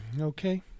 okay